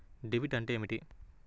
Debit అంటే ఏమిటి?